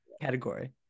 category